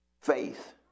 faith